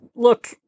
Look